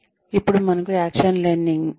ఇప్పుడు మనకు action learning ఉంది